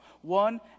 One